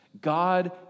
God